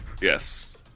Yes